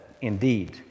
indeed